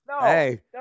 Hey